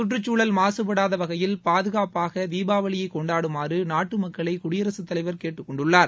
சுற்றுச்சூழல் மாசுபடாத வகையில் பாதுகாப்பாக தீபாவளியை கொண்டாடுமாறு நாட்டு மக்களை குடியரசுத் தலைவர் கேட்டுக் கொண்டுள்ளார்